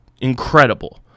incredible